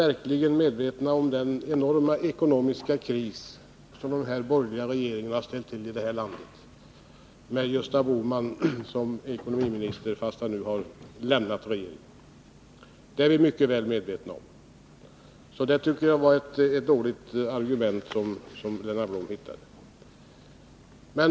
Vi är mycket väl medvetna om den enorma ekonomiska kris som de borgerliga regeringarna med Gösta Bohman som ekonomiminister har ställt till i detta land. Det var alltså ett dåligt argument som Lennart Blom hittade.